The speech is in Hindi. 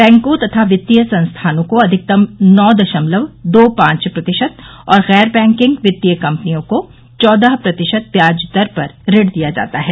बैंकों तथा वित्तीय संस्थानों को अधिकतम नौ दशमलव दो पांच प्रतिशत और गैर बैंकिंग वित्तीय कम्पनियों को चौदह प्रतिशत व्याज दर पर ऋण दिया जाता है